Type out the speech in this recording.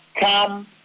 come